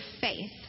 faith